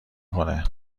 کنه